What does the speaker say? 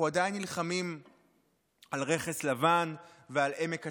אנחנו עדיין נלחמים על רכס לבן ועל עמק הצבאים.